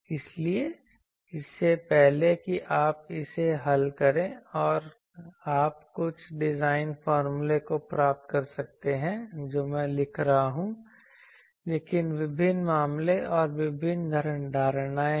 इसलिए इससे पहले कि आप इसे हल करें आप कुछ डिज़ाइन फ़ार्मुलों को प्राप्त कर सकते हैं जो मैं लिख रहा हूं लेकिन विभिन्न मामले और विभिन्न धारणाएं हैं